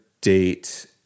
date